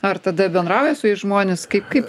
ar tada bendrauja su jais žmonės kaip kaip